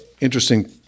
interesting